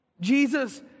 Jesus